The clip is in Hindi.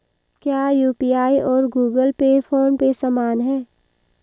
क्या यू.पी.आई और गूगल पे फोन पे समान हैं?